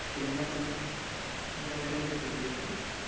ਕਿੰਨੇ ਕੁ ਦੀ ਹੈ ਕਿੰਨੇ ਕੁ ਦੀ ਲਿੱਤੀ ਸੀ ਤੁਸੀਂ